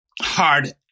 hard